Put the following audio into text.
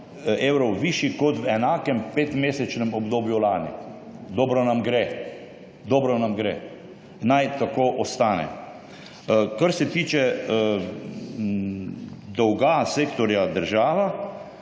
evrov višji kot v enakem petmesečnem obdobju lani. Dobro nam gre. Dobro nam gre. Naj tako ostane. Kar se tiče dolga sektorja država.